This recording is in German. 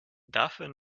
dafür